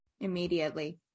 immediately